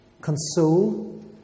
console